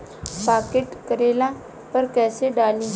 Pocket करेला पर कैसे डाली?